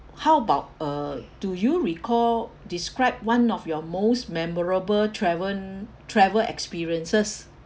how about uh do you recall describe one of your most memorable travel travel experiences